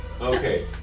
Okay